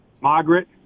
Margaret